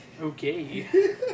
okay